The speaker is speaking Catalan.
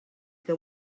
que